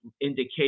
indication